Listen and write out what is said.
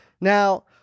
Now